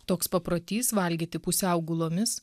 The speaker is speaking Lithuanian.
toks paprotys valgyti pusiau gulomis